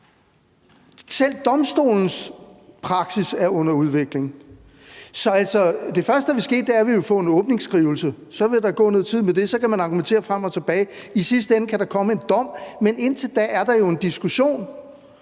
Selv Domstolens praksis er under udvikling. Så det første, der vil ske, er, at vi vil få en åbningsskrivelse, og så vil der gå noget tid med det, hvor man kan argumentere frem og tilbage. I sidste ende kan der komme en dom, men indtil da er der jo en diskussion,